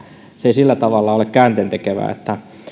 ei sillä tavalla ole käänteentekevää